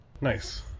Nice